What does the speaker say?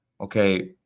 okay